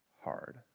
hard